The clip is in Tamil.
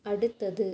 அடுத்தது